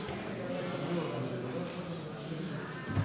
לפני כשבוע וחצי פורסמה